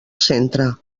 centre